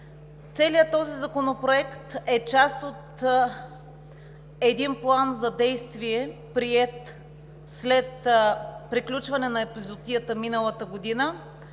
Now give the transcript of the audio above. Целият този законопроект е част от един план за действие, приет след приключване на епизоотията миналата година,